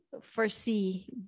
foresee